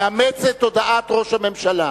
מאמץ את הודעת ראש הממשלה,